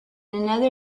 another